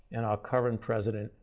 and our current president,